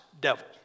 devil